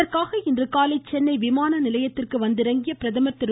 இதற்காக இன்று காலை சென்னை விமான நிலையத்திற்கு வந்திறங்கிய பிரதமர் திரு